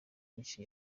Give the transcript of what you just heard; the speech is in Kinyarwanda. byinshi